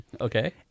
Okay